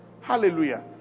Hallelujah